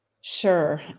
Sure